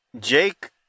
Jake